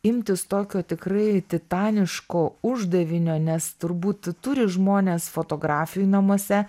imtis tokio tikrai titaniško uždavinio nes turbūt turi žmonės fotografijų namuose